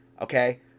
okay